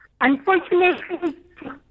Unfortunately